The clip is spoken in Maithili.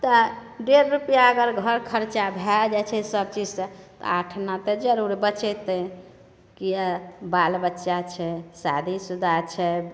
तऽ डेढ़ रुपआ अगर घर खर्चा भए जाइत छै सबचीजसँ तऽ आठ आना तऽ जरूर बचेतै किएक बालबच्चा छै शादी शुदा छै